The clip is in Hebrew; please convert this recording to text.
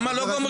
למה לא גומרים?